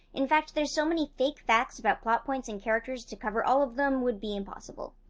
in fact, there's so many fake facts about plot points and characters, to cover all of them would be impossible.